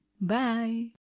Bye